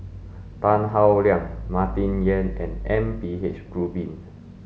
Tan Howe Liang Martin Yan and M P H Rubin